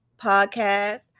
podcast